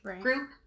group